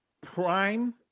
prime